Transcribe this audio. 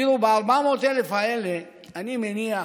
תראו, מ-400,000 האלה, אני מניח